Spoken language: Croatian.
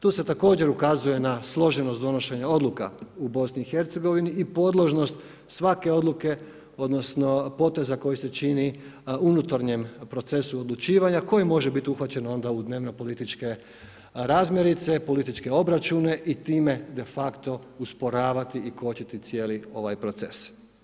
Tu se također ukazuje na složenost donošenja odluka u BiH i podložnost svake odluke odnosno poteza koji se čini unutarnjem procesu odlučivanja koji može biti uhvaćen onda u dnevnopolitičke razmirice, političke obračune i time de facto usporavati i kočiti cijeli ovaj proces.